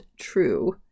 true